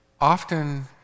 often